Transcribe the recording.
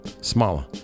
Smaller